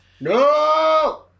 No